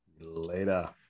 Later